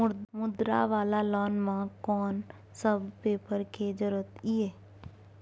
मुद्रा वाला लोन म कोन सब पेपर के जरूरत इ?